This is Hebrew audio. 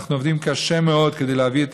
אנחנו עובדים קשה מאוד כדי להביא את